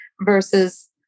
versus